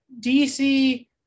DC